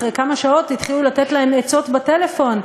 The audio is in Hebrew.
אחרי כמה שעות התחילו לתת להם עצות בטלפון: